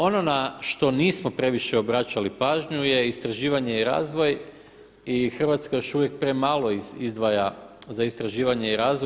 Ono na što nismo previše obraćali pažnju je istraživanje i razvoj i Hrvatska još uvijek premalo izdvaja za istraživanje i razvoj.